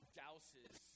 douses